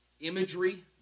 imagery